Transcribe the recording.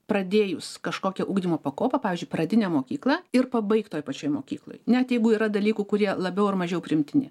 pradėjus kažkokią ugdymo pakopą pavyzdžiui pradinę mokyklą ir pabaigt toj pačioj mokykloj net jeigu yra dalykų kurie labiau ar mažiau priimtini